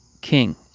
king